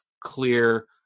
clear